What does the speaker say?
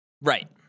Right